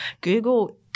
Google